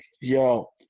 yo